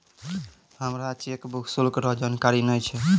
हमरा चेकबुक शुल्क रो जानकारी नै छै